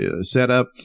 setup